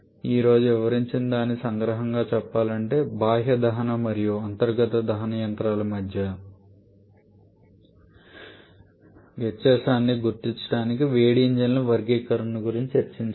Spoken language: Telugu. ఈ రోజును వివరించిన దానిని సంగ్రహంగా చెప్పాలంటే బాహ్య దహన మరియు అంతర్గత దహన యంత్రాల మధ్య వ్యత్యాసాన్ని గుర్తించడానికి వేడి ఇంజిన్ల వర్గీకరణ గురించి చర్చించాము